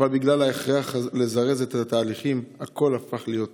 אבל בגלל ההכרח לזרז את התהליכים הכול הפך להיות טכני.